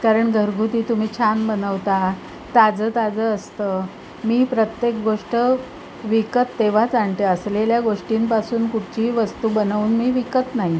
कारण घरगुती तुम्ही छान बनवता ताजं ताजं असतं मी प्रत्येक गोष्ट विकत तेव्हाच आणते असलेल्या गोष्टींपासून कुठचीही वस्तू बनवून मी विकत नाई